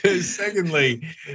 Secondly